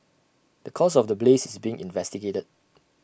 the cause of the blaze is being investigated